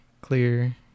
clear